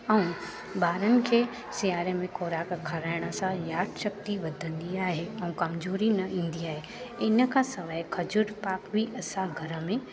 ऐं ॿारनि खे सियारे में खोराक खाराइण सां यादशक्ती वधंदी आहे ऐं कमज़ोरी न ईंदी आहे इनखां सवाइ खजूर पाक बि असां घर में